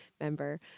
member